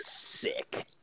Sick